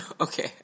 Okay